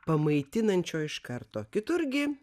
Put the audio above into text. pamaitinančio iš karto kitur gi